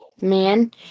man